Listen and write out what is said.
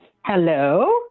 Hello